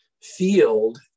field